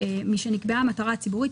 משנקבעה המטרה הציבורית,